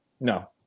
no